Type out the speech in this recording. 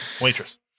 Waitress